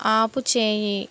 ఆపుచేయి